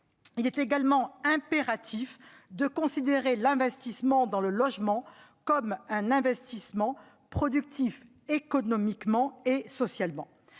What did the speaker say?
Il est également impératif de considérer l'investissement dans le logement comme un investissement productif économiquement et socialement.